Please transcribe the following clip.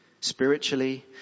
spiritually